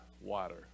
water